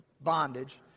bondage